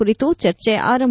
ಕುರಿತು ಚರ್ಚೆ ಆರಂಭ